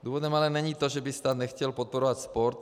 Důvodem ale není to, že by stát nechtěl podporovat sport.